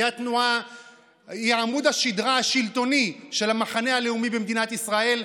היא עמוד השדרה השלטוני של המחנה הלאומי במדינת ישראל,